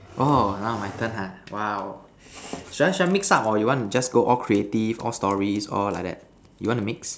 oh now my turn ha !wow! should I should I mix up or you want just go all creative all stories all like that you want to mix